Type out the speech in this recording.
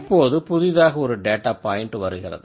இப்போது புதிதாக ஒரு டேட்டா பாயின்ட் வருகிறது